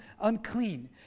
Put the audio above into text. unclean